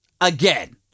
again